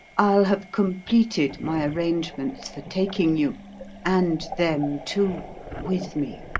i'll have completed my arrangements for taking you and them too with me.